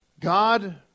God